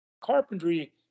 Carpentry